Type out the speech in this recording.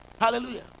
Hallelujah